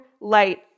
light